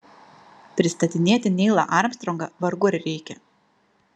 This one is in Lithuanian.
pristatinėti neilą armstrongą vargu ar reikia